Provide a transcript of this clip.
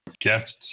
guests